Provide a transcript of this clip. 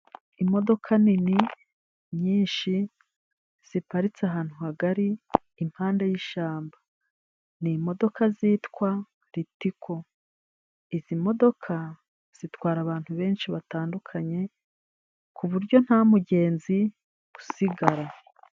Imodoka nini nyinshi ziparitse ahantu hagari impande y'ishyamba ni imodoka zitwa Ritico izi modoka zitwara abantu benshi batandukanye ku buryo nta mugenzi usigara.